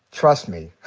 trust me.